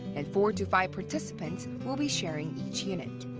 and four to five participants will be sharing each unit.